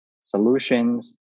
solutions